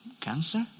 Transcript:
cancer